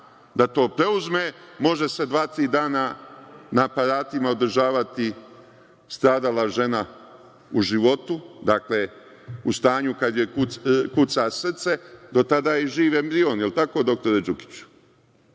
da to preuzme, može se dva-tri dana na aparatima održavati stradala žena u životu, u stanju kad joj kuca srce, do tada je živ i embrion. Je li tako, doktore Đukiću?